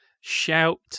shout